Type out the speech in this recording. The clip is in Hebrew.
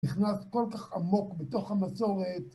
נכנס כל כך עמוק בתוך המסורת.